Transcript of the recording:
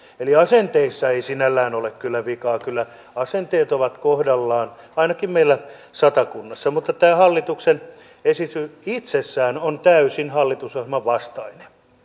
asenteissa ei sinällään ole kyllä vikaa kyllä asenteet ovat kohdallaan ainakin meillä satakunnassa mutta tämä hallituksen esitys itsessään on täysin hallitusohjelman vastainen